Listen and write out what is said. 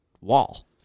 wall